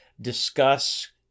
discuss